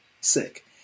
sick